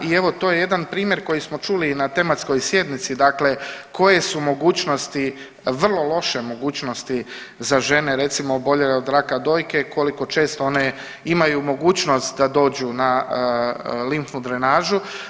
I evo to je jedan primjer koji smo čuli i na tematskoj sjednici, dakle koje su mogućnosti, vrlo loše mogućnosti za žene recimo oboljele od raka dojke, koliko često one imaju mogućnost da dođu na limfnu drenažu.